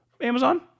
Amazon